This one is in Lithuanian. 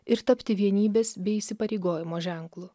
ir tapti vienybės bei įsipareigojimo ženklu